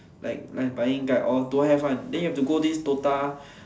like like buying guide all don't have one then you have to go these DOTA